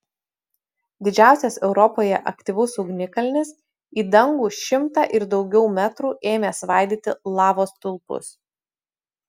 didžiausias europoje aktyvus ugnikalnis į dangų šimtą ir daugiau metrų ėmė svaidyti lavos stulpus